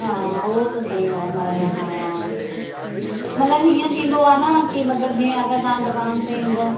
हा उहो त सही ॻाल्हि आहे हा मतिलबु हीअ थींदो आहे कि मतिलबु जीअं अगरि तव्हां दुकान ते ईंदो